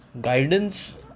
Guidance